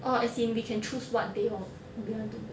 orh as in we can choose what day hor we want to work